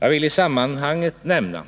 Jag vill i sammanhanget nämna